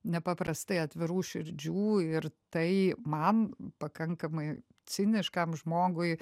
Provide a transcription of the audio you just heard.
nepaprastai atvirų širdžių ir tai man pakankamai ciniškam žmogui